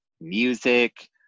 music